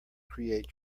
create